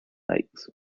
lakes